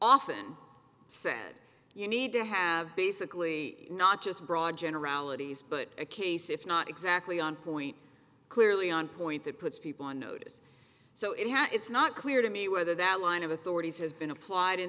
often said you need to have basically not just broad generalities but a case if not exactly on point clearly on point that puts people on notice so it has it's not clear to me whether that line of authority has been applied in